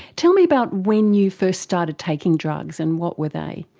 tell me about when you first started taking drugs, and what were they?